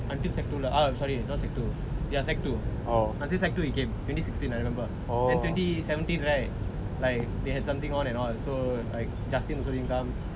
until secondary two lah I'm sorry not secondary two ya secondary two until secondary two he came twenty sixteen I remember then twenty seventeen right like they had something on and all that so like justin also didn't come